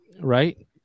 Right